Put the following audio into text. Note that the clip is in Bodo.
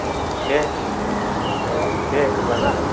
ओ दे ओ दे होनब्लाना